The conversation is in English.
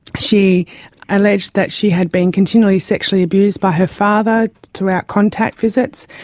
she alleged that she had been continually sexually abused by her father throughout contact visits,